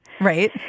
Right